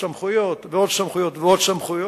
סמכויות ועוד סמכויות ועוד סמכויות.